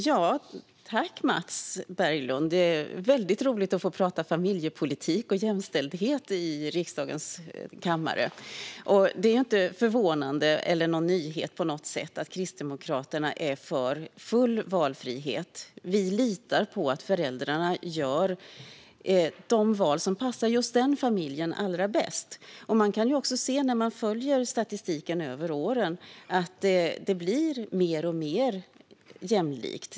Fru talman! Det är väldigt roligt att få prata familjepolitik och jämställdhet i riksdagens kammare, Mats Berglund. Det är inte förvånande eller någon nyhet på något sätt att Kristdemokraterna är för full valfrihet. Vi litar på att föräldrarna gör de val som passar just den familjen allra bäst. Man kan också se, när man följer statistiken över åren, att det blir mer och mer jämlikt.